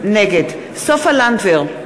נגד סופה לנדבר,